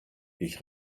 ich